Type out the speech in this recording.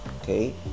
okay